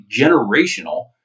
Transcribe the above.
generational